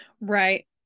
Right